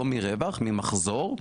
לא מרווח אלא ממחזור,